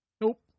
Nope